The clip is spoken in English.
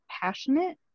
passionate